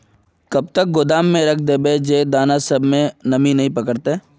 कब तक गोदाम में रख देबे जे दाना सब में नमी नय पकड़ते?